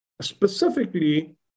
specifically